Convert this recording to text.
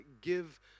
give